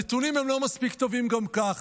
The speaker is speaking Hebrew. הנתונים הם לא מספיק טובים גם כך: